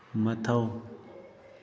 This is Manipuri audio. ꯃꯊꯧ